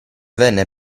venne